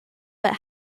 but